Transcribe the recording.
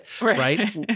right